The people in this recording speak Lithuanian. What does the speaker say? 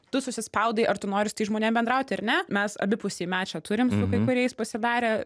tu susispaudai ar tu nori su tais žmonėm bendrauti ar ne mes abipusį mečą turim su kai kuriais pasidarę